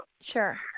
Sure